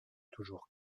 toujours